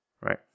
right